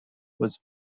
was